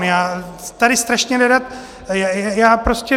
Já tady strašně nerad, já prostě...